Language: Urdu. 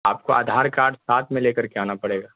آپ کو آدھار کارڈ میں لے کرکے آنا پڑے گا